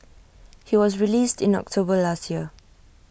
he was released in October last year